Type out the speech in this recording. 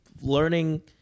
learning